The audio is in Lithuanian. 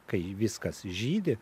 kai viskas žydi